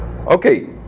Okay